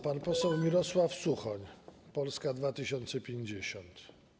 Pan poseł Mirosław Suchoń, Polska 2050.